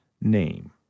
name